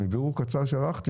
מבירור קצר שערכתי,